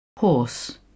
Horse